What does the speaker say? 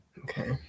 Okay